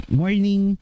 morning